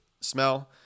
smell